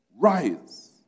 Rise